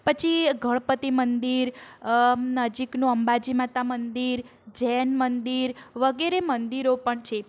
પછી ગણપતિ મંદિર નજીકનું અંબાજી માતા મંદિર જૈન મંદિર વગેરે મંદિરો પણ છે